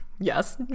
Yes